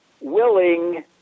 willing